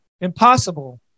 Impossible